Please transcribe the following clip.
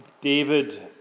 David